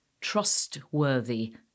trustworthy